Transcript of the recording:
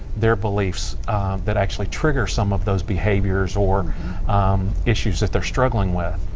their beliefs that actually trigger some of those behaviors or issues that they're struggling with.